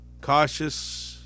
Cautious